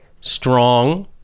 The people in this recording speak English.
strong